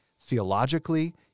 theologically